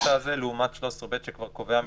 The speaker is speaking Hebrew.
את זה לעומת 13(ב) שכבר קובע מלכתחילה?